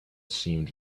seemed